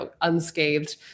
unscathed